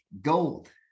gold